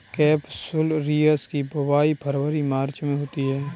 capsularis की बुवाई फरवरी मार्च में होती है